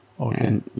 Okay